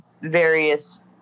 various